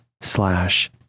slash